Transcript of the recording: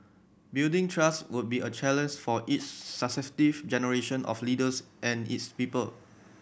building trust would be a challenge for each successive generation of leaders and its people